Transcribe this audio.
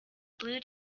blue